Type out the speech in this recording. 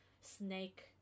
snake